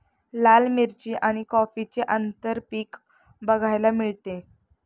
लाल मिरची आणि कॉफीचे आंतरपीक बघायला मिळते